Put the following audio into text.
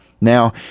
Now